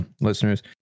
listeners